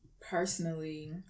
personally